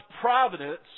providence